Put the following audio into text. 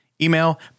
Email